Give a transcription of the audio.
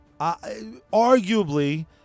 arguably